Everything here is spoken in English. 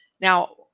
Now